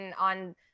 on